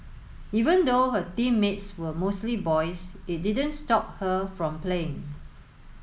even though her teammates were mostly boys it didn't stop her from playing